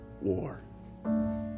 war